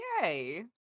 yay